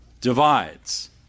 divides